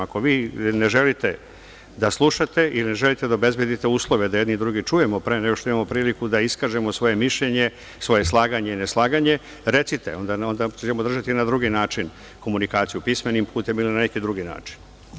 Ako vi ne želite da slušate i ne želite da obezbedite uslove da jedni druge čujemo pre nego što imamo priliku da iskažemo svoje mišljenje, svoje slaganje i neslaganje, recite, onda ćemo držati na drugi način komunikaciju, pismenim putem ili na neki drugi način.